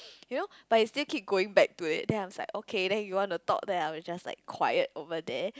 you know but he still keep going back to it then I was like okay then you want to talk then I will just like quiet over there